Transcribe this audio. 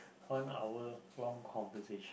one hour long conversation